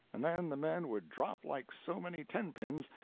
and then the men would drop like so many tenpins,